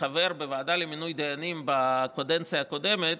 כחבר בוועדה למינוי דיינים בקדנציה הקודמת,